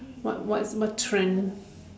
what what what trend